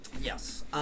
Yes